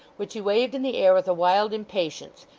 which he waved in the air with a wild impatience,